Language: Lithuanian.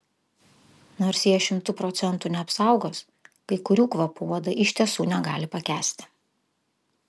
nors jie šimtu procentų neapsaugos kai kurių kvapų uodai iš tiesų negali pakęsti